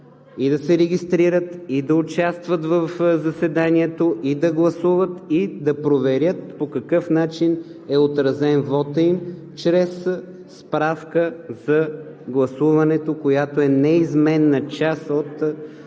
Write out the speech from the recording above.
и да се регистрират, и да участват в заседанието, и да гласуват и да проверят по какъв начин е отразен вотът им чрез справка за гласуването, която е неизменна част от